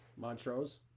Montrose